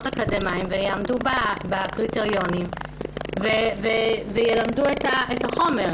אקדמאיים ויעמדו בקריטריונים וילמדו את החומר,